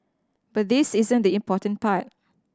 but this isn't the important part